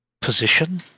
position